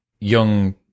young